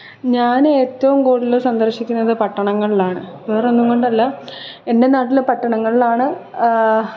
ഞാൻ ഏറ്റവും കൂടുതല് സന്തോഷിക്കുന്നത് പട്ടണങ്ങളിലാണ് വേറൊന്നും കൊണ്ടല്ല എൻ്റെ നാട്ടില് പട്ടണങ്ങളിലാണ്